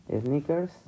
sneakers